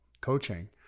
coaching